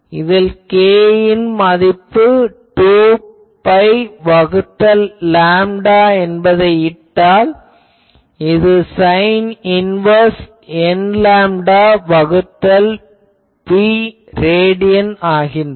இதில் k ன் மதிப்பு 2 பை வகுத்தல் லேம்டா என்பதை இட்டால் இது சைன் இன்வேர்ஸ் n லேம்டா வகுத்தல் b ரேடியன் என்றாகிறது